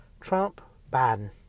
Trump-Biden